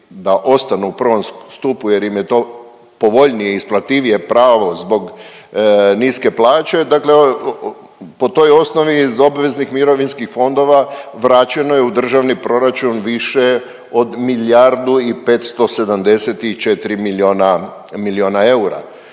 da ostanu u prvom stupu jer im je to povoljnije, isplativije pravo zbog niske plaće, dakle po toj osnovi iz obveznih mirovinskih fondova vraćeno je u državni proračun više od milijardu i 574 milijuna eura.